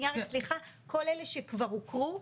כל אלה שכבר הוכרו,